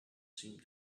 seemed